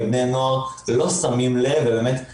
גם כבני נוער, גם כתלמידים,